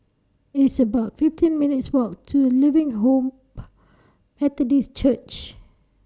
It's about fifteen minutes' Walk to Living Hope Methodist Church